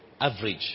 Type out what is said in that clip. average